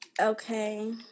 Okay